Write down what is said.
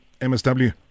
MSW